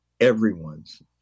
everyone's